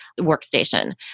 workstation